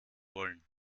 wollen